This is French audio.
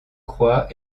croix